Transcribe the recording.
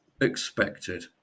expected